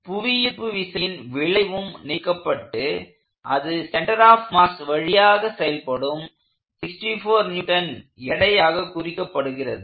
புவியீர்ப்பு விசையின் விளைவும் நீக்கப்பட்டு அது சென்டர் ஆஃப் மாஸ் வழியாக செயல்படும் 64N எடையாக குறிக்கப்படுகிறது